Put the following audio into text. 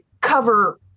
cover